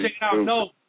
No